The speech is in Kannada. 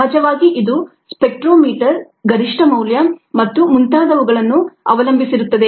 ಸಹಜವಾಗಿ ಇದು ಸ್ಪೆಕ್ಟ್ರೋಮೀಟರ್ ಗರಿಷ್ಠ ಮೌಲ್ಯ ಮತ್ತು ಮುಂತಾದವುಗಳನ್ನು ಅವಲಂಬಿಸಿರುತ್ತದೆ